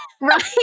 Right